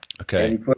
Okay